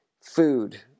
food